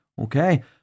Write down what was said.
Okay